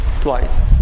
twice